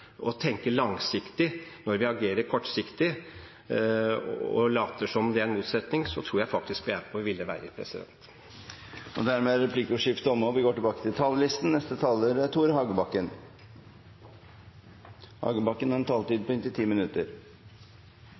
å tenke langsiktig når vi agerer kortsiktig, og later som det er en motsetning, tror jeg faktisk vi er på ville veier. Replikkordskiftet er omme. Aller først vil jeg slutte meg til de kommentarene som komitélederen hadde rundt den svært tragiske hendelsen i England. Da vi